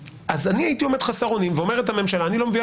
אז אני הייתי עומד חסר אונים ואומרת הממשלה שהיא לא מביאה